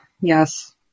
yes